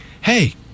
Hey